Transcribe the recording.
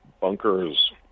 bunkers